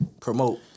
promote